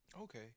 Okay